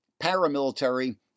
paramilitary